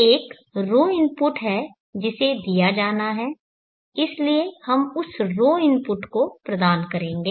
एक ρ इनपुट है जिसे दिया जाना है इसलिए हम उस ρ इनपुट को प्रदान करेंगे